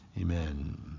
Amen